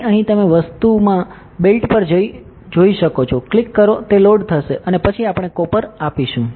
તેથી અહીં તમે વસ્તુમાં બિલ્ટ પર જઈ શકો છો ક્લિક કરો તે લોડ થશે અને પછી આપણે કોપર આપીશું